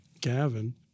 Gavin